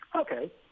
Okay